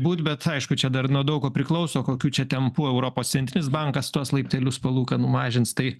būt bet aišku čia dar nuo daug ko priklauso kokių čia tempu europos centrinis bankas tuos laiptelius palūkanų mažins tai